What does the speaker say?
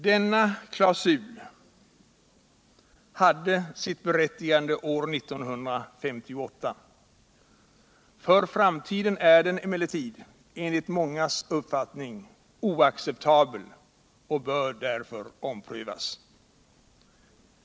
Denna klausul hade sitt berättigande år 1958. För framtiden är den emellertid, enligt mångas uppfattning, oacceptabel och bör därför omprövas.